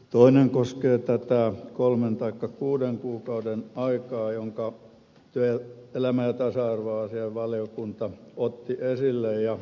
yksi koskee tätä kolmen taikka kuuden kuukauden aikaa jonka työelämä ja tasa arvoasiainvaliokunta otti esille ja